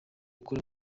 ukora